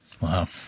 Wow